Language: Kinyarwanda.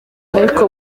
ariko